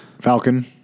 Falcon